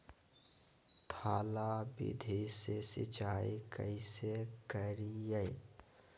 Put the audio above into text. थाला विधि से सिंचाई कैसे करीये?